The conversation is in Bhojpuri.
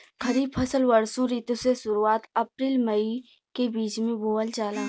खरीफ फसल वषोॅ ऋतु के शुरुआत, अपृल मई के बीच में बोवल जाला